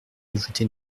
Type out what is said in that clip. ajouter